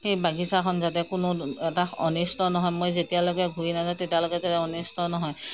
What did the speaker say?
সেই বাগিচাখন যাতে কোনো এটা অনিষ্ট নহয় মই যেতিয়ালৈকে ঘুৰি নাযাওঁ তেতিয়ালৈকে যাতে অনিষ্ট নহয়